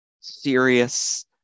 serious